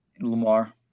Lamar